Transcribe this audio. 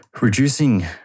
Reducing